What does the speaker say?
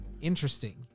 Interesting